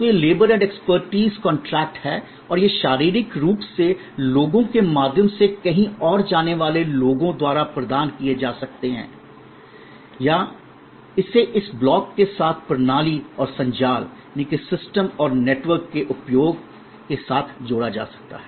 तो ये labour and expertise contract हैं और ये शारीरिक रूप से लोगों के माध्यम से कहीं और जाने वाले लोगों द्वारा प्रदान किए जा सकते हैं या इसे इस ब्लॉक के साथ प्रणाली सिस्टम और संजाल नेटवर्क के उपयोग और उपयोग के साथ जोड़ा जा सकता है